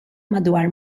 madwar